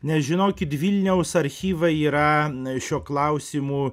nes žinokit vilniaus archyvai yra e šiuo klausimu